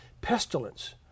pestilence